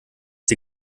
sie